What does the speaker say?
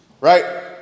right